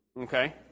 okay